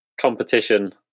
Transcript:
competition